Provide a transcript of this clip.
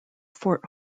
fort